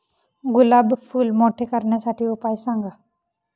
गुलाब फूल मोठे करण्यासाठी उपाय सांगा?